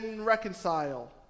reconcile